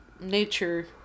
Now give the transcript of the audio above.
nature